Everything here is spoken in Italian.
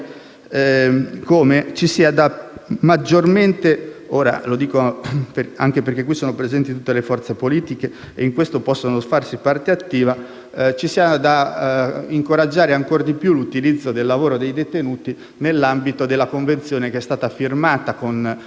sottolineare - lo dico anche perché in quest'Aula sono presenti tutte le forze politiche e in questo possono farsi parte attiva - come ci sia da incoraggiare ancora di più l'utilizzo del lavoro dei detenuti nell'ambito della convenzione firmata con l'Associazione nazionale Comuni italiani,